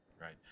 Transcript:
Right